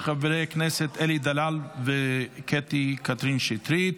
של חברי הכנסת אלי דלל וקטי קטרין שטרית.